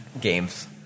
games